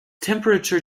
temperature